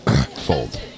fold